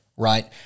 Right